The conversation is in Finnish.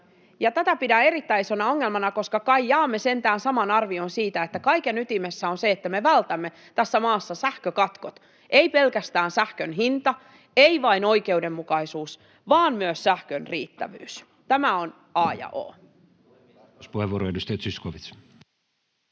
Tätä pidän erittäin isona ongelmana, koska kai jaamme sentään saman arvion siitä, että kaiken ytimessä on se, että me vältämme tässä maassa sähkökatkot — ei pelkästään sähkön hinta, ei vain oikeudenmukaisuus vaan myös sähkön riittävyys. Tämä on a ja o.